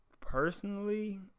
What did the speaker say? personally